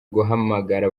guhamagara